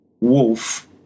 Wolf